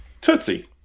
Tootsie